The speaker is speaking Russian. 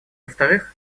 вторых